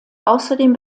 außerdem